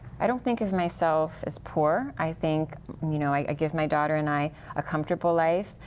i don't think of myself as poor. i think you know i give my daughter and i a comfortable life.